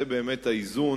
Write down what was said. זה באמת האיזון